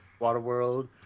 Waterworld